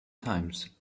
times